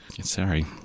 Sorry